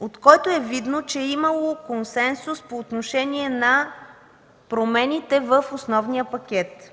от който е видно, че е имало консенсус по отношение на промените в основния пакет.